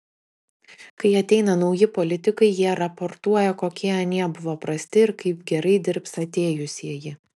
kai ateina nauji politikai jie raportuoja kokie anie buvo prasti ir kaip gerai dirbs atėjusieji